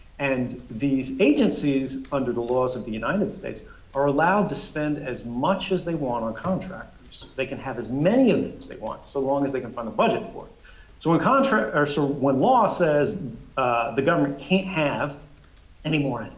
and these agencies under the laws of the united states are allowed to spend as much as they want on contractors. they can have as many of them as they want, so long as they can fund a budget for. so when contract so, when law says the government can't have anymore and